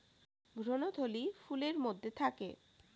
ভ্রূণথলি ফুলের মধ্যে থাকে